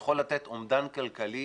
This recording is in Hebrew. שיכול לתת אומדן כלכלי